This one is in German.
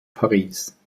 paris